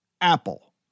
Apple